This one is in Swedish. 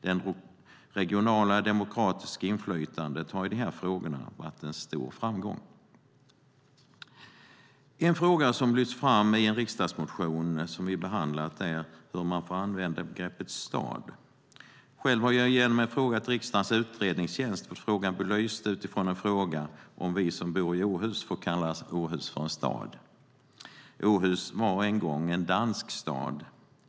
Det regionala demokratiska inflytandet har i de här frågorna varit en stor framgång. En fråga som lyfts fram i en riksdagsmotion som vi behandlat är hur man får använda begreppet "stad". Själv har jag fått frågan belyst av riksdagens utredningstjänst genom att fråga om vi som bor i Åhus får kalla Åhus för en stad. Åhus var en gång en dansk stad.